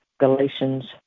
Galatians